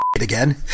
again